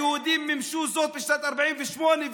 היהודים מימשו זאת בשנת 48',